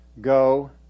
Go